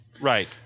Right